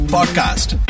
Podcast